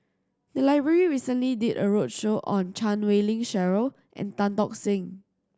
the library recently did a roadshow on Chan Wei Ling Cheryl and Tan Tock Seng